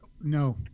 No